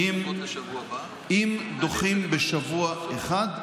אם דוחים בשבוע אחד,